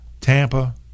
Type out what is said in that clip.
Tampa